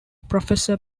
professor